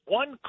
one